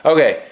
Okay